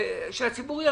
שהציבור ירגיש,